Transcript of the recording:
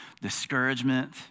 discouragement